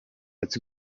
its